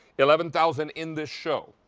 eleven thousand in this show.